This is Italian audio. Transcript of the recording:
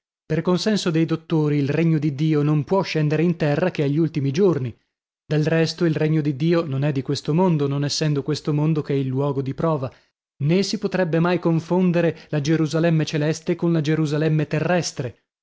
per consenso dei dottori il regno di dio non può scendere in terra che agli ultimi giorni del resto il regno di dio non è di questo mondo non essendo questo mondo che il luogo di prova nè si potrebbe mai confondere la gerusalemme celeste con la gerusalemme terrestre